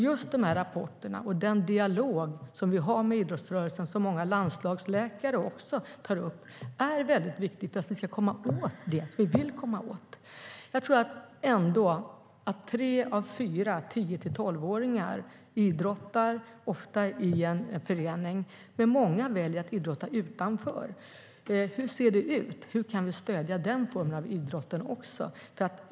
Just dessa rapporter och den dialog som vi har med idrottsrörelsen och som också många landslagsläkare tar upp är väldigt viktiga för att vi ska komma åt det som vi vill komma åt. Jag tror ändå att tre av fyra tio till tolvåringar ofta idrottar i en förening, men många väljer att idrotta utanför föreningslivet. Hur ser det ut där? Hur kan vi stödja också den formen av idrotten?